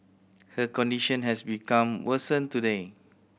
her condition has become worsen today